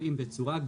מאירופה.